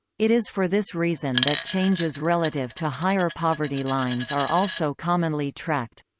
it is for this reason that changes relative to higher poverty lines are also commonly tracked.